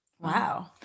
Wow